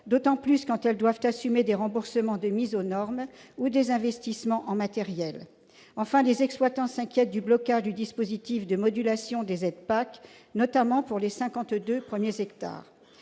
d'autant plus quand elles doivent assumer des remboursements de mise aux normes ou des investissements en matériel. Enfin, les exploitants s'inquiètent du blocage du dispositif de modulation des aides attribuées au titre de la